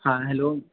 हाँ हैलो